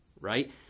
right